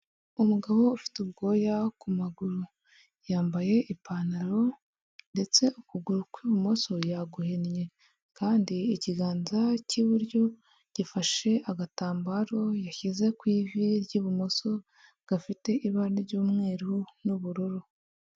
Umugabo ufite ubwoya ku maguru, yambaye ipantaro ndetse ukuguru kw'ibumoso yaguhinnye kandi ikiganza cy'iburyo gifashe agatambaro yashyize ku ivi ry'ibumoso gafite ibara ry'umweru n'ubururu.